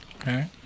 Okay